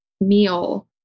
meal